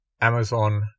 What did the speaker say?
Amazon